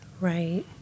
Right